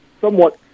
somewhat